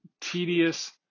tedious